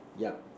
yup